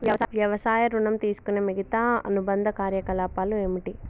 వ్యవసాయ ఋణం తీసుకునే మిగితా అనుబంధ కార్యకలాపాలు ఏమిటి?